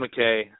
McKay